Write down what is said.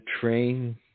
train